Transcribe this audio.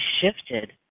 shifted